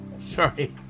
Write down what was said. Sorry